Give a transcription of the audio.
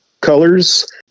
colors